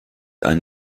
ein